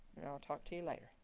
and i'll talk to you later.